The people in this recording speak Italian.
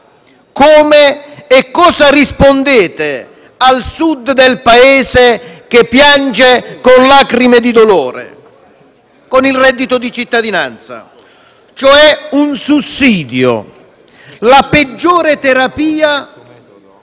Come e cosa rispondete al Sud del Paese, che piange lacrime di dolore? Con il reddito di cittadinanza, cioè con un sussidio: la peggior terapia